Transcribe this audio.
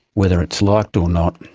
whether it's liked or not,